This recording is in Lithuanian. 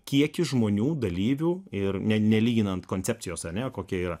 kiekis žmonių dalyvių ir nelyginant koncepcijos ane kokia yra